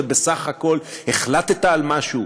זה בסך הכול: החלטת על משהו,